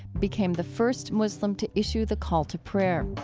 became the first muslim to issue the call to prayer.